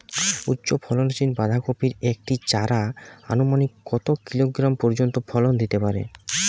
উচ্চ ফলনশীল বাঁধাকপির একটি চারা আনুমানিক কত কিলোগ্রাম পর্যন্ত ফলন দিতে পারে?